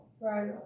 Right